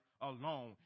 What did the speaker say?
alone